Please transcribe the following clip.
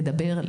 לדבר,